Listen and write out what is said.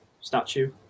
statue